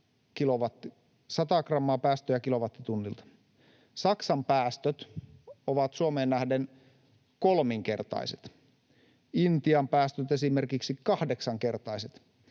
100 grammaa päästöjä kilowattitunnilta. Saksan päästöt ovat Suomeen nähden kolminkertaiset, Intian päästöt esimerkiksi kahdeksankertaiset.